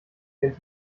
hält